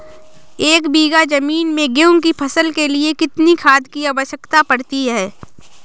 एक बीघा ज़मीन में गेहूँ की फसल के लिए कितनी खाद की आवश्यकता पड़ती है?